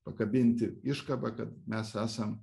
pakabinti iškabą kad mes esam